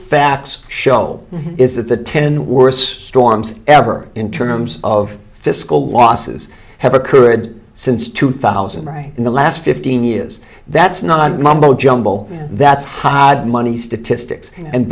facts show is that the ten worst storms ever in terms of fiscal losses have occurred since two thousand right in the last fifteen years that's not mumbojumbo that's hard money statistics and